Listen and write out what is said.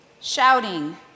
shouting